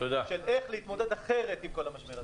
של איך להתמודד אחרת עם המשבר הזה.